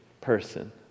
person